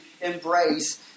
embrace